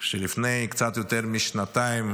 שלפני קצת יותר משנתיים,